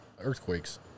earthquakes